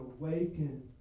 awaken